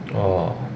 orh